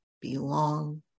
belong